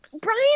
Brian